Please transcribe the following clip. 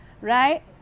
Right